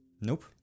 Nope